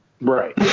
Right